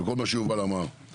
ולכל הדברים שיובל אמר.